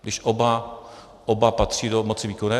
Když oba patří do moci výkonné?